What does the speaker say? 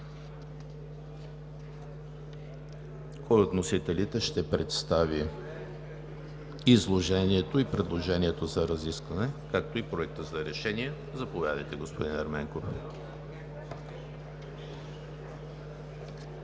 Кой от вносителите ще представи изложението и предложението за разискване, както и Проекта за решение? Заповядайте, господин Ерменков.